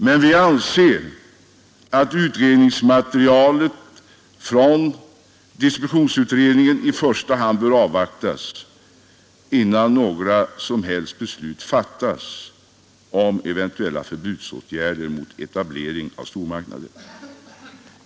Men vi anser att utredningsmaterialet från distributionsutredningen i första hand bör avvaktas innan några som helst beslut fattas om eventuella förbudsåtgärder mot etablering av stormarknader.